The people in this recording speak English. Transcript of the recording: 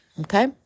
okay